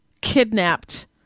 kidnapped